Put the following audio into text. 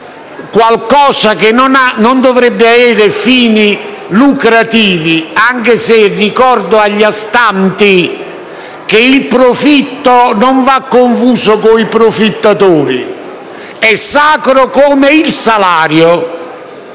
qualcosa che non dovrebbe avere fini lucrativi, anche se ricordo agli astanti che il profitto non va confuso con i profittatori, ma è sacro come il salario.